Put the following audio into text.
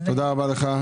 תודה רבה לך.